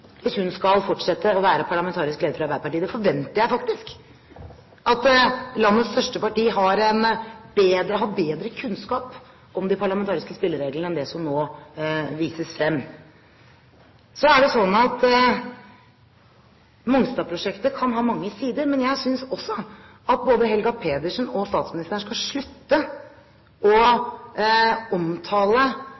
hvis hun skal fortsette å være parlamentarisk leder for Arbeiderpartiet. Jeg forventer faktisk at landets største parti har bedre kunnskap om de parlamentariske spillereglene enn det som nå vises frem. Mongstad-prosjektet kan ha mange sider, men jeg synes at både Helga Pedersen og statsministeren skal slutte å